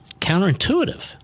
counterintuitive